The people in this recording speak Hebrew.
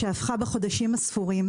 שהפכה בחודשים ספורים,